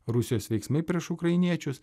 rusijos veiksmai prieš ukrainiečius